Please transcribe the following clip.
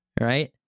Right